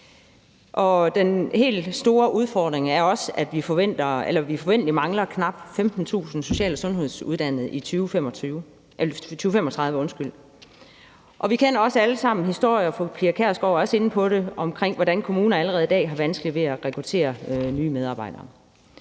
den helt store udfordring er også, at vi forventelig mangler knap 15.000 social- og sundhedsuddannede i 2035. Vi kender også alle sammen historier – og fru Pia Kjærsgaard var også inde på det – om, hvordan kommuner allerede i dag har vanskeligt ved at rekruttere nye medarbejdere.